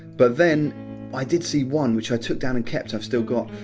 but then i did see one which i took down and kept, i've still got